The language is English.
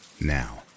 Now